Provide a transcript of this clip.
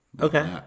Okay